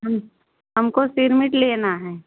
हम हमको सिरमिट लेना है